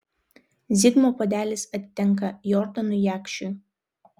zigmo puodelis atitenka jordanui jakšiui